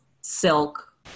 silk